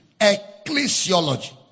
Ecclesiology